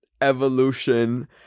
evolution